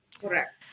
correct